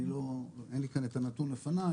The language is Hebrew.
אין לי כאן את הנתון לפני,